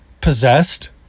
possessed